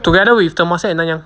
together with temasek and nanyang